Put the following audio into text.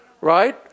right